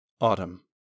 Autumn